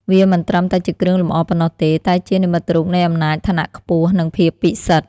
វាមិនត្រឹមតែជាគ្រឿងលម្អប៉ុណ្ណោះទេ តែជា និមិត្តរូបនៃអំណាច ឋានៈខ្ពស់ និងភាពពិសិដ្ឋ។